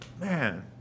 man